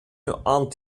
ant